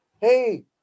hey